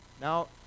Now